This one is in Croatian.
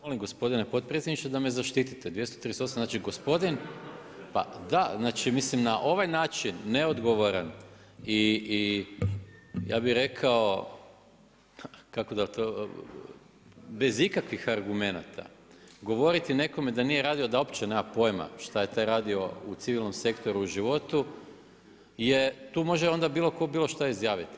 molim gospodin potpredsjedniče da me zaštite, 238. znači gospodin, pa da, mislim na ovaj način, neodgovoran i i ja bi rekao kako da to bez ikakvih argumenata govoriti nekome da nije radio da uopće nema pojma šta je taj radio u civilnom sektoru u životu, tu može onda bilo ko bilo šta izjaviti.